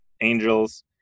angels